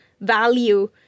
value